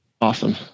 awesome